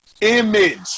image